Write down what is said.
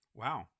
wow